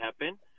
happen